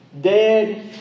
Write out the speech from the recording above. Dead